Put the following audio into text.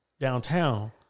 Downtown